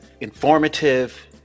informative